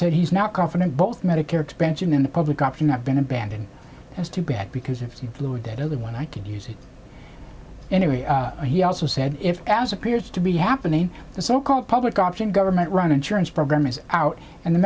said he's not confident both medicare expansion in the public option have been abandoned as too bad because if he blew it that early one i could use it anyway he also said if as appears to be happening the so called public option a government run insurance program is out and the